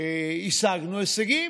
השגנו הישגים,